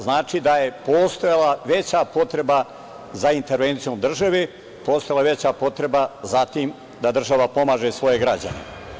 Znači da je postojala veća potreba za intervencijom države, postojala je veća potreba za tim da država pomaže svoje građane.